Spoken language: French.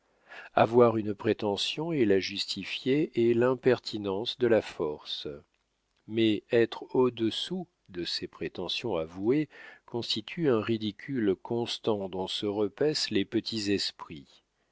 avoir une prétention et la justifier est l'impertinence de la force mais être au-dessous de ses prétentions avouées constitue un ridicule constant dont se repaissent les petits esprits